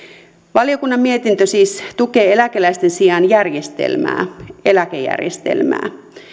valiokunnan mietintö siis tukee eläkeläisten sijaan järjestelmää eläkejärjestelmää